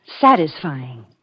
satisfying